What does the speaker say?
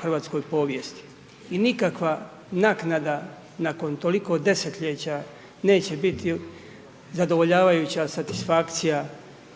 hrvatskoj povijesti i nikakva naknada nakon toliko desetljeća neće biti zadovoljavajuća satisfakcija